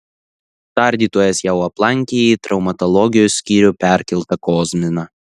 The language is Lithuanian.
tardytojas jau aplankė į traumatologijos skyrių perkeltą kozminą